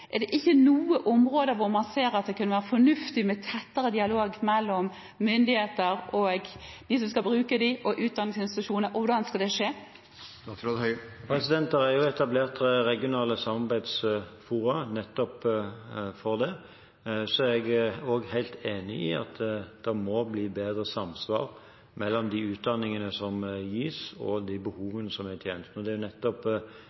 Er det ikke noe område hvor man ser at det kunne være fornuftig med tettere dialog mellom myndigheter og dem som skal bruke dette, og utdanningsinstitusjoner? Og hvordan skal det skje? Det er etablert regionale samarbeidsfora nettopp for det. Så er jeg helt enig i at det må bli bedre samsvar mellom de utdanningene som gis, og de behovene som er i tjenestene. Det er nettopp